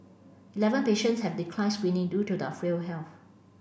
eleven patients have declined screening due to their frail health